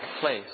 place